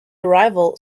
arrival